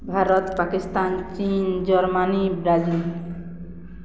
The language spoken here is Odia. ଭାରତ ପାକିସ୍ତାନ ଚୀନ୍ ଜର୍ମାନୀ ବ୍ରାଜିଲ୍